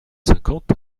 cinquante